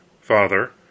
father